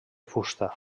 fusta